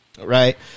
Right